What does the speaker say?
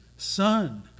Son